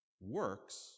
Works